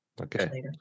Okay